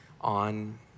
on